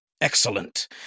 Excellent